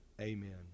Amen